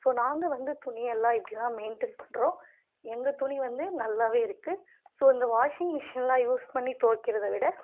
so நாங்கள் வந்து துணி எல்லாம் இப்படிதான் மெயின்டென் பண்றோம் எங்கள் துணி வந்து நல்லாவே இருக்குது ஸோ இந்த வாஷிங் மிஷினெலாம் யூஸ் பண்ணி துவைக்கறத விட